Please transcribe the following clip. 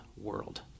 world